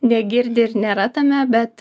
negirdi ir nėra tame bet